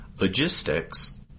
logistics